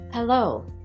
Hello